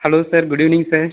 hello sir good morning sir